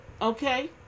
okay